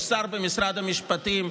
יש שר במשרד המשפטים,